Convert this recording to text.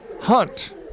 Hunt